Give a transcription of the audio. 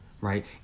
right